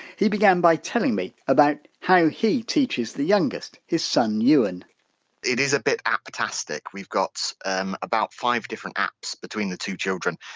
he began by telling me about how he teaches the youngster his son euan it is a bit apptastic. we've got um about five different apps between the two children.